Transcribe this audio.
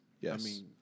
Yes